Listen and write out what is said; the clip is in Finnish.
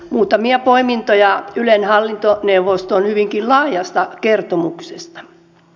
muutamia poimintoja ylen hallintoneuvoston hyvinkin laajasta kertomuksesta